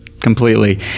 completely